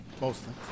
Mostly